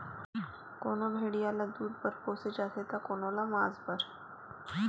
कोनो भेड़िया ल दूद बर पोसे जाथे त कोनो ल मांस बर